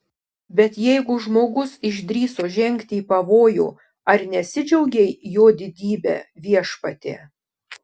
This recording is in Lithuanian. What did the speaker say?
bet jeigu žmogus išdrįso žengti į pavojų ar nesidžiaugei jo didybe viešpatie